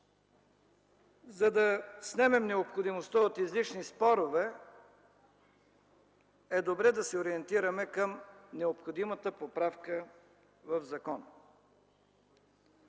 За да снемем необходимостта от излишни спорове е добре да се ориентираме към необходимата поправка в закона.